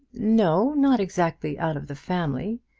no not exactly out of the family.